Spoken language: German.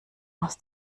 aus